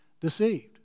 deceived